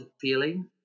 feeling